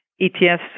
ETFs